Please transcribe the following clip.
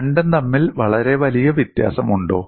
രണ്ടും തമ്മിൽ വളരെ വലിയ വ്യത്യാസമുണ്ടോ